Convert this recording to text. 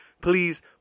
please